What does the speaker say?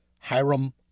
Hiram